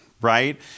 right